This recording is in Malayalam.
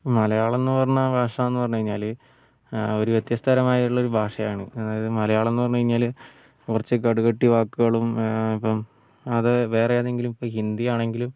മലയാളം എന്നു പറഞ്ഞ ഭാഷയെന്ന് പറഞ്ഞു കഴിഞ്ഞാൽ ഒരു വ്യത്യസ്ത തരമായുള്ള ഒരു ഭാഷയാണ് അത് മലയാളം എന്ന് പറഞ്ഞു കഴിഞ്ഞാൽ കുറച്ച് കടുകട്ടി വാക്കുകളും അപ്പം അത് വേറെ ഏതെങ്കിലും ഇപ്പോൾ ഹിന്ദി ആണെങ്കിലും